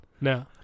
No